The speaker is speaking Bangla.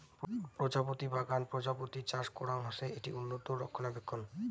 প্রজাপতি বাগান প্রজাপতি চাষ করাং হসে, এটি উন্নত রক্ষণাবেক্ষণ